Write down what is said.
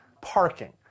parking